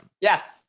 Yes